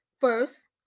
first